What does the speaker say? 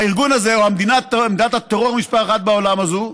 הארגון הזה, מדינת הטרור מספר אחת בעולם הזאת,